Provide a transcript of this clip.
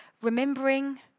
remembering